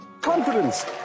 confidence